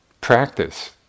practice